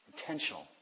intentional